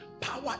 Power